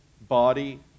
body